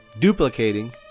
duplicating